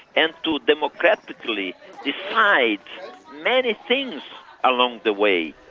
and to democratically decide many things along the way.